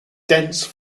dense